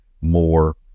more